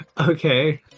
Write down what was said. Okay